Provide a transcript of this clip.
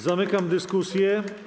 Zamykam dyskusję.